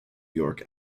york